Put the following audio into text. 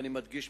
ואני מדגיש,